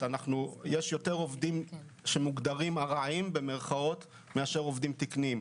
יש יותר עובדים שמוגדרים "ארעיים" מאשר עובדים תקניים.